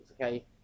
okay